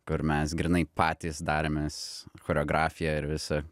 kur mes grynai patys darėmės choreografiją ir visą